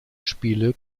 spiele